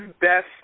best